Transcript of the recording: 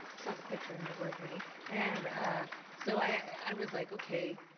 saw the picture and it was me and so i was like, okay,